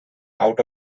out